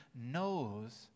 knows